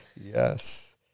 Yes